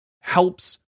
helps